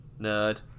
Nerd